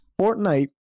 Fortnite